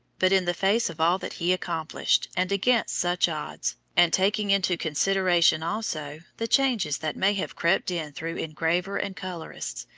but in the face of all that he accomplished, and against such odds, and taking into consideration also the changes that may have crept in through engraver and colourists,